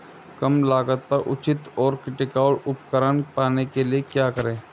कम लागत पर उचित और टिकाऊ उपकरण पाने के लिए क्या करें?